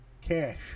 Cash